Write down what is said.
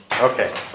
Okay